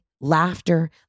laughter